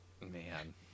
Man